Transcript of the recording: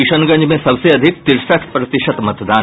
किशनगंज में सबसे अधिक तिरसठ प्रतिशत मतदान